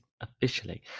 officially